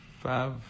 five